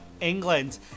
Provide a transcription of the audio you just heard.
England